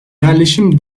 yerleşim